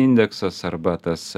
indeksas arba tas